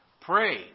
pray